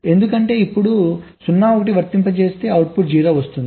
ఎందుకంటే మనం ఇప్పుడు 0 1 వర్తింపజేస్తే అవుట్పుట్ 0 అవుతుంది